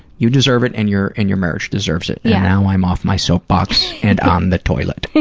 you deserve it and your and your marriage deserves it. yeah and now i'm off my soapbox and on the toilet.